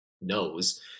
knows